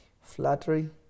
Flattery